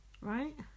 right